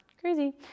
Crazy